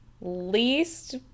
Least